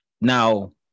now